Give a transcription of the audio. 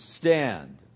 stand